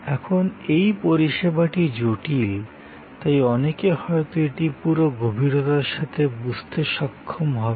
এখন এই পরিষেবাটি জটিল তাই অনেকে হয়তো এটি পুরো গভীরতার সাথে বুঝতে সক্ষম হবে না